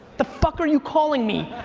the fuck are you calling me,